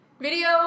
video